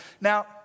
Now